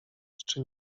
czy